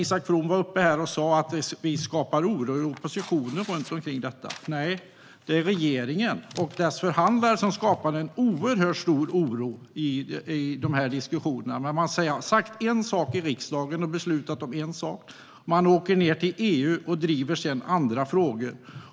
Isak From sa här i talarstolen att vi i oppositionen skapar oro runt detta. Nej, det är regeringen och dess förhandlare som skapar en oerhört stor oro i de här diskussionerna. Man har sagt en sak i riksdagen och beslutat om en sak. Så åker man ned till EU och driver andra frågor.